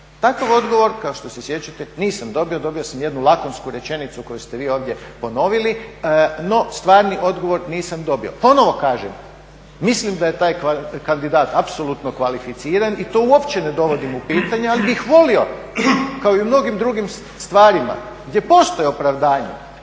Takav odgovor kao što se sjećate nisam dobio, dobio sam jednu lakonsku rečenicu koju ste vi ovdje ponovili. No, stvarni odgovor nisam dobio. Ponovno kažem mislim da je tak kandidat apsolutno kvalificiran i to uopće ne dovodim u pitanje, ali bih volio kao i u mnogim drugim stvarima gdje postoje opravdanje